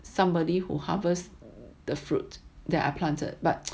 somebody who harvest the fruit that are planted but